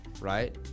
right